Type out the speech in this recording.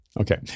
Okay